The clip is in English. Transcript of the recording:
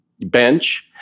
bench